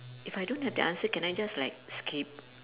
if I don't have the answer can I just like skip